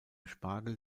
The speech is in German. spargel